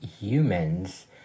humans